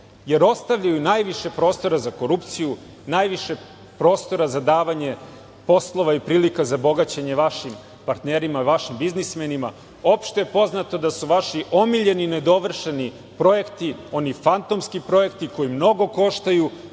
jer ostavljaju najviše prostora za korupciju, najviše prostora za davanje poslova i prilika za bogaćenje vašim partnerima i vašim biznismenima. Opšte je poznato da su vaši omiljeni nedovršeni projekti oni fantomski projekti koji mnogo koštaju,